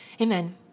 Amen